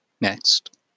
Next